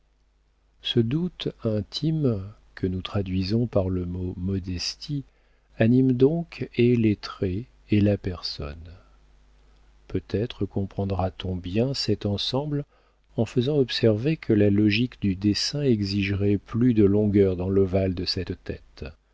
ce doute intime que nous traduisons par le mot modestie anime donc et les traits et la personne peut-être comprendra t on bien cet ensemble en faisant observer que la logique du dessin exigerait plus de longueur dans l'ovale de cette tête